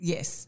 Yes